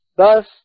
Thus